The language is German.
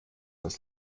das